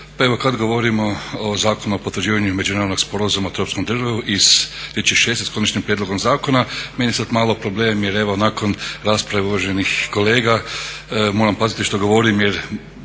Pa evo kad govorimo o Zakonu o potvrđivanju Međunarodnog sporazuma o tropskom drvu iz 2006. s konačnim prijedlogom zakona meni je sad malo problem jer evo nakon rasprave uvaženih kolega moram paziti što govorim jer